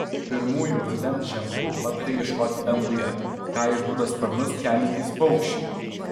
pirmųjų rudens ženklų pataria ieškoti danguje ką išduoda sparnus keliantys paukščiai